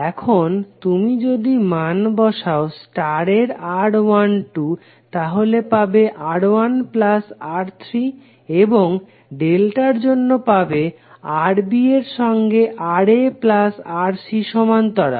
এখন তুমি যদি মান বসাও স্টারের R12 তাহলে পাবে R1R3 এবং ডেল্টার জন্য পাবে Rb এর সঙ্গে RaRc সমান্তরাল